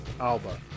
Alba